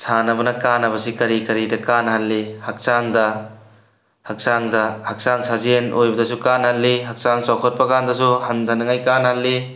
ꯁꯥꯟꯅꯕꯅ ꯀꯥꯟꯅꯕꯁꯤ ꯀꯔꯤ ꯀꯔꯤꯗ ꯀꯥꯟꯅ ꯍꯜꯂꯤ ꯍꯛꯆꯥꯡꯗ ꯍꯛꯆꯥꯡꯗ ꯍꯛꯆꯥꯡ ꯁꯥꯖꯦꯟ ꯑꯣꯏꯕꯗꯁꯨ ꯀꯥꯟꯅꯍꯜꯂꯤ ꯍꯛꯆꯥꯡ ꯆꯥꯎꯈꯠꯄ ꯀꯥꯟꯗꯁꯨ ꯍꯟꯊꯅꯉꯥꯏ ꯀꯥꯟꯅꯍꯜꯂꯤ